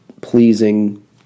pleasing